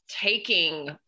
taking